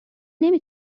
نمی